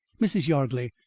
mrs. yardley,